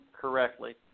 correctly